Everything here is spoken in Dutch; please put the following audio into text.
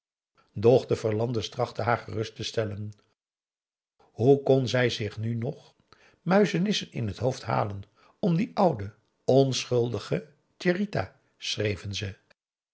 de verlande's trachtten haar gerust te stellen hoe kon zij zich nu nog muizenissen in het hoofd halen om die oude onschuldige tjerita schreven ze